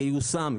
ייושם,